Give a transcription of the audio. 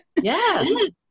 yes